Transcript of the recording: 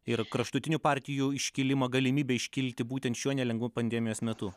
ir kraštutinių partijų iškilimo galimybė iškilti būtent šiuo nelengvu pandemijos metu